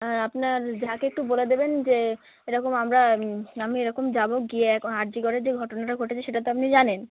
হ্যাঁ আপনার জা কে একটু বলে দেবেন যে এরকম আমরা আমি এরকম যাবো গিয়ে একন আর জি করের যে ঘটনাটা ঘটেছে সেটা তো আপনি জানেন